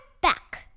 back